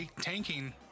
tanking